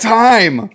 time